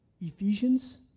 Ephesians